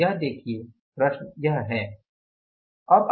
तो यह देखिये प्रश्न यह है